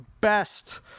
best